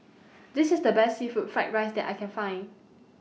This IS The Best Seafood Fried Rice that I Can Find